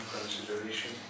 consideration